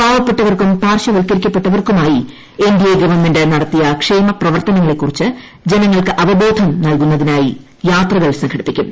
പാവപ്പെട്ടവർക്കും പാർശ്വവൽക്കരിക്കപ്പെട്ടവർക്കുമായി N D A government നടത്തിയ ക്ഷേമ പ്രവർത്തനങ്ങളെക്കുറിച്ച് ജനങ്ങൾക്ക് അവബോധം നൽകുന്നതിനായി യാത്രകൾ സംഘടിപ്പിക്കും